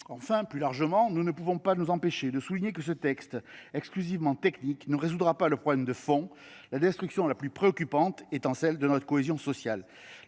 Enfin, plus largement, nous ne pouvons pas nous empêcher de souligner que ce texte, exclusivement technique, ne résoudra pas le problème de fond : la destruction la plus préoccupante est celle de notre cohésion sociale.